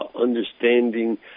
understanding